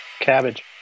Cabbage